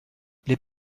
les